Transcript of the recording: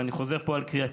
ואני חוזר פה על קריאתי,